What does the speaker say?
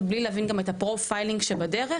בלי להבין גם את ה"פרופיילינג" שבדרך?